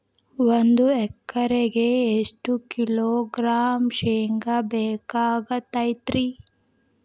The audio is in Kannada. ಒಂದು ಎಕರೆಗೆ ಎಷ್ಟು ಕಿಲೋಗ್ರಾಂ ಶೇಂಗಾ ಬೇಕಾಗತೈತ್ರಿ?